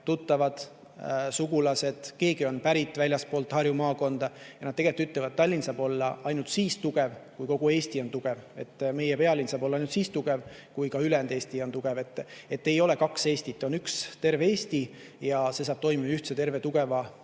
tuttavad, sugulased, keegi on pärit väljastpoolt Harju maakonda ja nad ütlevad, et Tallinn saab olla ainult siis tugev, kui kogu Eesti on tugev. Meie pealinn saab olla ainult siis tugev, kui ka ülejäänud Eesti on tugev. Et ei ole kaks Eestit, on üks terve Eesti ja see saab toimida ühtse, terve, tugeva